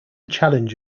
challenge